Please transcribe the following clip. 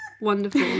Wonderful